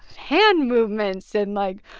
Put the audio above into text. hand movements and, like,